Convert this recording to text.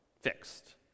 fixed